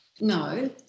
no